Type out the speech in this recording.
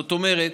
זאת אומרת,